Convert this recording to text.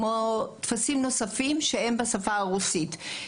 כמו טפסים נוספים שהם בשפה הרוסית.